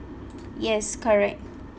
yes correct